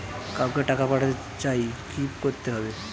কাউকে টাকা পাঠাতে চাই কি করতে হবে?